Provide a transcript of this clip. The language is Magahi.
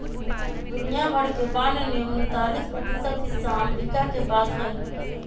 दुनिया भर के बांड के उन्तालीस प्रतिशत हिस्सा अमरीका के पास हई